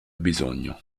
bisogno